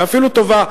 ואפילו טובה,